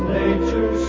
Nature